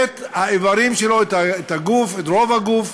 את האיברים שלו, את הגוף, את רוב הגוף.